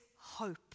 hope